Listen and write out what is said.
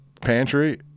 pantry